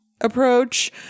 approach